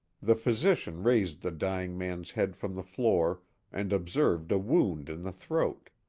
the physician raised the dying man's head from the floor and observed a wound in the throat.